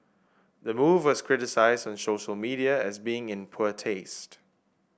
the move was criticised on social media as being in poor taste